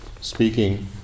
speaking